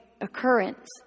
Occurrence